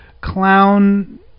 clown